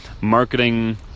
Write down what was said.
marketing